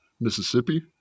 Mississippi